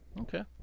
Okay